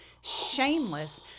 Shameless